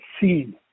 seen